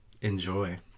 Enjoy